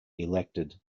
elected